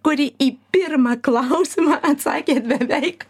kuri į pirmą klausimą atsakė beveik